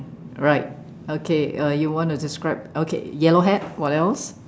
right okay uh you want to describe okay yellow hat what else